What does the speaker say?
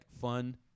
fun